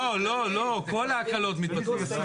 כל ההקלות מתבטלות.